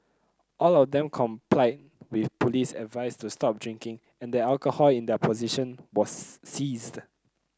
all of them complied with police advice to stop drinking and the alcohol in their possession was seized